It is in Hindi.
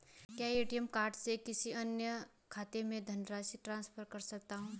क्या ए.टी.एम कार्ड से किसी अन्य खाते में धनराशि ट्रांसफर कर सकता हूँ?